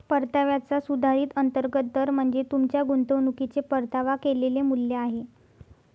परताव्याचा सुधारित अंतर्गत दर म्हणजे तुमच्या गुंतवणुकीचे परतावा केलेले मूल्य आहे